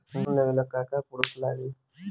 Loan लेबे ला का का पुरुफ लागि?